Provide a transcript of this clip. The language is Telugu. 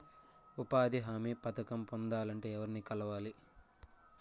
ఉపాధి హామీ పథకం పొందాలంటే ఎవర్ని కలవాలి?